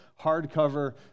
hardcover